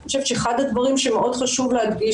אני חושבת שאחד הדברים שמאוד חשוב להדגיש